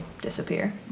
disappear